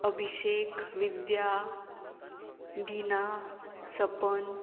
अभिषेक विद्या बिना सपन